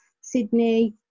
Sydney